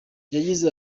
yagize